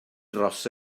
dros